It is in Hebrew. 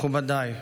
מכובדיי,